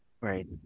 Right